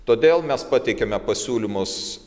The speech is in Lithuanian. todėl mes pateikėme pasiūlymus